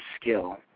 skill